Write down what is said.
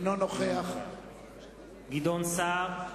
אינו נוכח גדעון סער,